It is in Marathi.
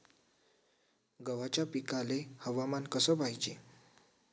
गव्हाच्या पिकाले हवामान कस पायजे?